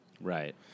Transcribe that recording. Right